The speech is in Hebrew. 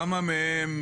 כמה מהם